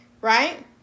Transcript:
Right